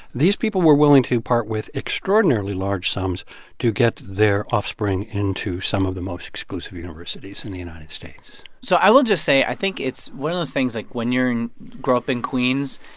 these people were willing to part with extraordinarily large sums to get their offspring into some of the most exclusive universities in the united states so i will just say i think it's one of those things, like, when you're grow up in queens,